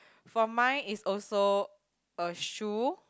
for mine is also a shoe